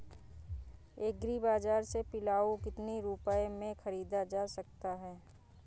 Agree बाजार से पिलाऊ कितनी रुपये में ख़रीदा जा सकता है?